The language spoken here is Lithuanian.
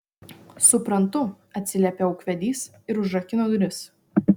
suprantu atsiliepė ūkvedys ir užrakino duris